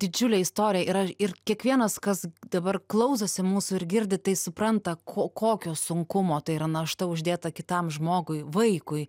didžiulė istorija yra ir kiekvienas kas dabar klausosi mūsų ir girdi tai supranta ko kokio sunkumo tai yra našta uždėta kitam žmogui vaikui